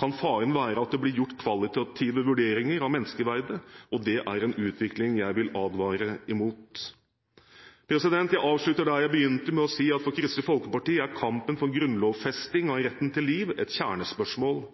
kan faren være at det blir gjort kvalitative vurderinger av menneskeverdet. Det er en utvikling jeg vil advare imot. Jeg avslutter der jeg begynte, med å si at for Kristelig Folkeparti er kampen for grunnlovfesting av retten til liv et kjernespørsmål.